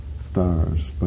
stars